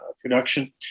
production